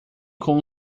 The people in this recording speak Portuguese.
com